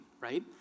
right